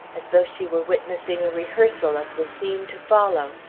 as though she were witnessing a rehearsal of the scene to follow.